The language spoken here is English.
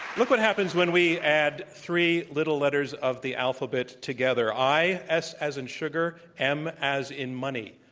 look what happens when we add three little letters of the alphabet together. i, s, as in sugar, m as in money,